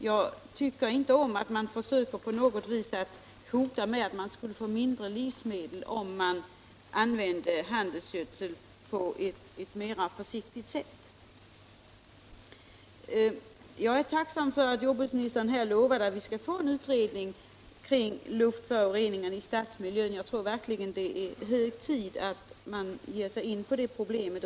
Jag tycker inte om att man försöker hota med att det skulle bli mindre livsmedel om handelsgödsel används på ett försiktigare sätt. Jag är tacksam för att jordbruksministern lovade att vi skall få en utredning om luftföroreningen i stadsmiljön; jag tror verkligen att det är hög tid att man tar itu med det problemet.